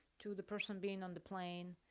to the person being on the plane,